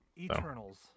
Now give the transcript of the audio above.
Eternals